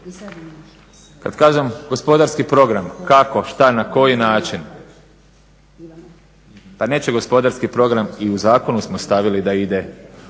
Kada kažem gospodarski program, kako, šta, na koji način, pa neće gospodarski program i u zakonu smo stavili da ide